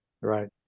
Right